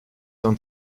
und